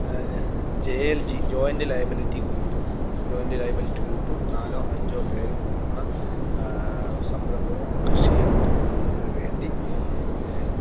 J L G joint liability group joint liability group നാല് അഞ്ച് പേർ കൂടുന്ന സംരംഭവും കൃഷിയെ തുടങ്ങുന്നതിന് വേണ്ടി